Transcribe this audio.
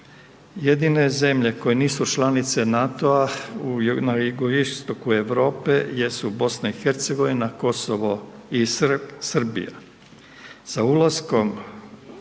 jedine zemlje koje nisu članice NATO-a na jugoistoku Europe jesu BiH, Kosovo i Srbija.